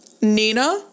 Nina